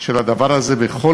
חברי הכנסת,